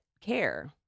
care